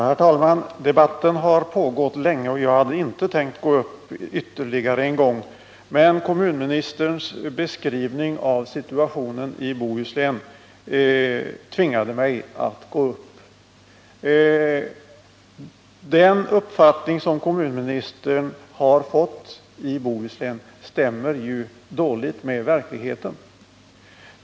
Herr talman! Debatten har pågått länge, och jag hade inte tänkt begära ordet ännu en gång, men kommunministerns beskrivning av situationen i Bohuslän tvingar mig att göra det. Den uppfattning som kommunministern har fått stämmer dåligt med verkligheten.